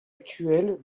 actuelles